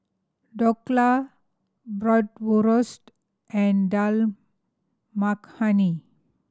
Dhokla Bratwurst and Dal Makhani